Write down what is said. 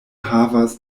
havas